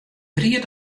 ried